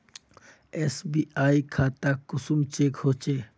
SBI खाता कुंसम check होचे?